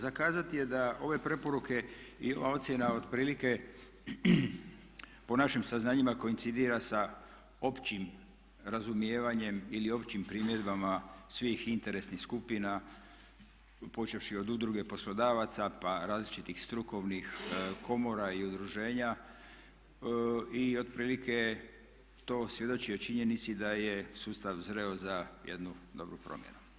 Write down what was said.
Za kazati je da ove preporuke i ova ocjena otprilike po našim saznanjima koincidira sa općim razumijevanjem ili općim primjedbama svih interesnih skupina počevši od udruge poslodavaca, pa različitih strukovnih komora i udruženja i otprilike to svjedoči o činjenici da je sustav zreo za jednu dobru promjenu.